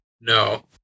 No